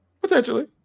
Potentially